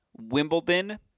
Wimbledon